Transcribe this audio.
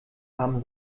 haben